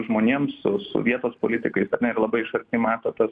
žmonėm su su vietos politikais ar ne ir labai iš arti mato tas